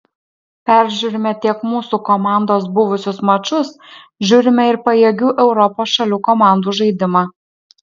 peržiūrime tiek mūsų komandos buvusius mačus žiūrime ir pajėgių europos šalių komandų žaidimą